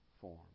form